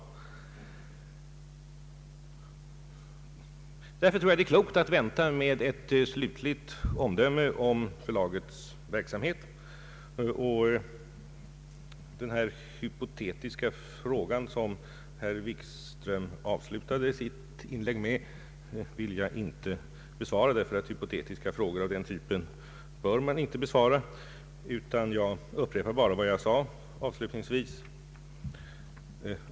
Därför tror jag att det är klokt att vänta med ett slutligt omdöme om förlagets verksamhet, Den hypotetiska fråga som herr Wikström avslutade sitt inlägg med vill jag inte besvara, ty hypotetiska frågor bör man inte besvara. Jag upprepar bara vad jag sade avslutningsvis.